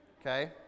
okay